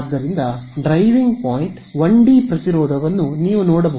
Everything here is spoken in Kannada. ಆದ್ದರಿಂದ ಡ್ರೈವಿಂಗ್ ಪಾಯಿಂಟ್ 1 ಡಿ ಪ್ರತಿರೋಧವನ್ನು ನೀವು ನೋಡಬಹುದು